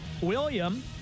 William